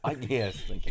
yes